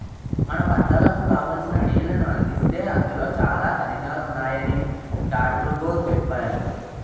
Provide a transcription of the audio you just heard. మన పంటలకు కావాల్సిన నీళ్ళను అందిస్తే అందులో చాలా ఖనిజాలున్నాయని డాట్రుగోరు చెప్పేరు